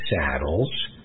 Saddles